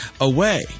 away